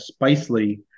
Spicely